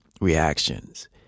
reactions